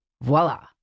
Voila